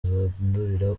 zandurira